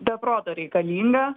be proto reikalinga